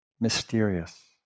mysterious